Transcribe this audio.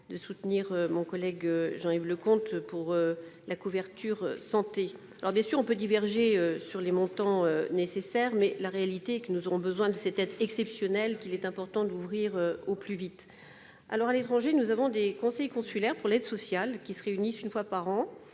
de soutenir mon collègue Jean-Yves Leconte sur la couverture santé. Peut-être divergerons-nous sur les montants nécessaires, mais la réalité est que nous aurons besoin d'une aide exceptionnelle, qu'il est important d'ouvrir au plus vite. À l'étranger, les conseils consulaires pour l'aide sociale (CCPAS) se réunissent une fois par an,